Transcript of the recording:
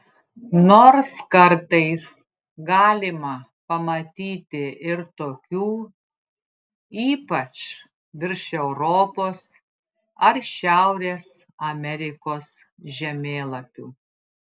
nors kartais galima pamatyti ir tokių ypač virš europos ar šiaurės amerikos žemėlapių